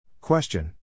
Question